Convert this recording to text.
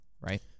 right